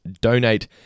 donate